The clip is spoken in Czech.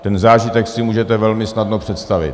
Ten zážitek si můžete velmi snadno představit.